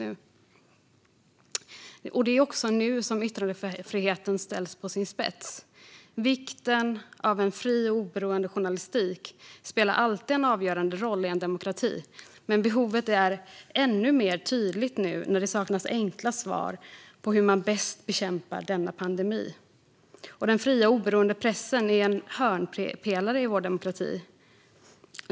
Nu ställs också frågan om yttrandefriheten på sin spets. Fri och oberoende journalistik spelar alltid en avgörande roll i en demokrati. Men behovet är ännu mer tydligt nu när det saknas enkla svar på hur man bäst bekämpar denna pandemi. Den fria och oberoende pressen är en hörnpelare i vår demokrati.